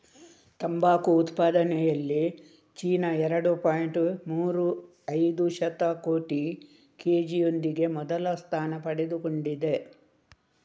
ತಂಬಾಕು ಉತ್ಪಾದನೆಯಲ್ಲಿ ಚೀನಾ ಎರಡು ಪಾಯಿಂಟ್ ಮೂರು ಐದು ಶತಕೋಟಿ ಕೆ.ಜಿಯೊಂದಿಗೆ ಮೊದಲ ಸ್ಥಾನ ಪಡೆದುಕೊಂಡಿದೆ